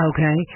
Okay